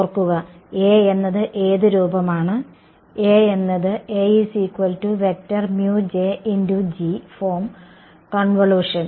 ഓർക്കുക A എന്നത് ഏത് രൂപമാണ് A എന്നത് ഫോം കോൺവല്യൂഷൻ